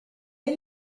est